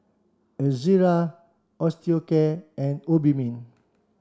Ezerra Osteocare and Obimin